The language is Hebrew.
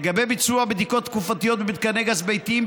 לגבי ביצוע בדיקות תקופתיות במתקני גז ביתיים,